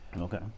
Okay